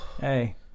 Hey